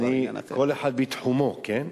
כל אחד בתחומו, כן?